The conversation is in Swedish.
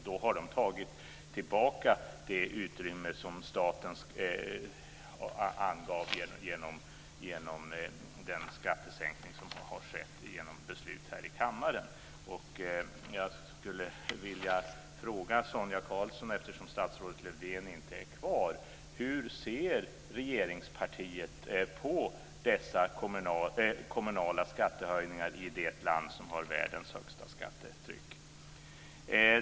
De har då tagit tillbaka det utrymme som staten skapade genom den skattesänkning som har skett genom beslut här i kammaren. Lövdén är inte kvar - hur regeringspartiet ser på dessa kommunala skattehöjningar i det land som har världens högsta skattetryck.